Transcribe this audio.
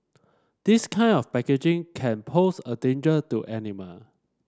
this kind of packaging can pose a danger to animal